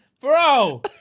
Bro